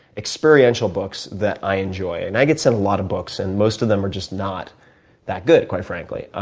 experiential books that i enjoy. and i get sent a lot of books, and most of them are just not that good, quite frankly.